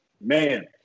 Man